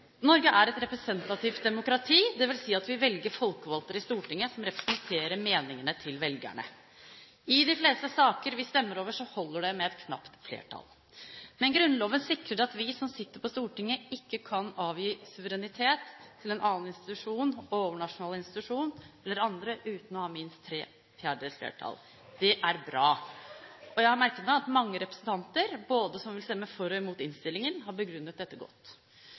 Norge er et representativt demokrati, det vil si at vi velger folkevalgte i Stortinget som representerer meningene til velgerne. I de fleste saker vi stemmer over, holder det med et knapt flertall. Men Grunnloven sikrer at vi som sitter på Stortinget, ikke kan avgi suverenitet til en overnasjonal institusjon eller andre uten å ha minst tre fjerdedels flertall. Det er bra. Jeg har merket meg at mange representanter – både representanter som vil stemme for og representanter som vil stemme mot innstillingen – har begrunnet dette godt.